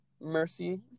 mercy